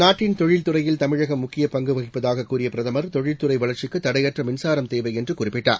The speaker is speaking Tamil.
நாட்டின் தொழில்துறையில் தமிழகம் முக்கியப் பங்கு வகிப்பதாக கூறிய பிரதமர் தொழிற்துறை வளர்ச்சிக்கு தடையற்ற மின்சாரம் தேவை என்று குறிப்பிட்டார்